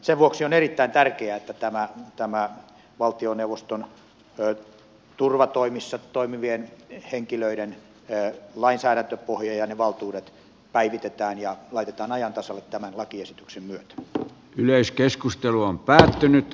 sen vuoksi on erittäin tärkeää että tämä valtioneuvoston turvatoimissa toimivien henkilöiden lainsäädäntöpohja ja ne valtuudet päivitetään ja laitetaan ajan tasalle tämän lakiesityksen myötä yleiskeskustelu on päättynyt